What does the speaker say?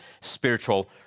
spiritual